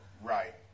right